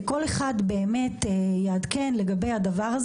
וכל אחד יעדכן לגבי הנושא,